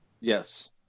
Yes